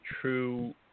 true